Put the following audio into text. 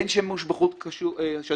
אין שימוש בחוט שזור,